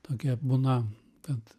tokia būna kad